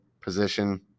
position